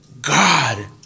God